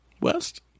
West